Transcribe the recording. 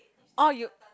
oh you